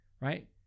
right